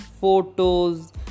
photos